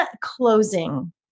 closing